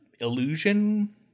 illusion